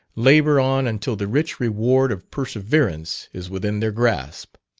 labour on until the rich reward of perseverance is within their grasp.